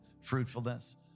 fruitfulness